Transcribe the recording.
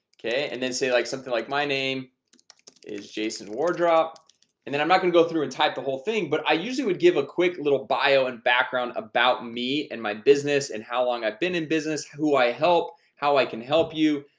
okay, and then say like something like my name is jason wardrop and then i'm not gonna go through and type the whole thing but i usually would give a quick little bio and background about me and my business and how long i've been in business who i help how i can help you.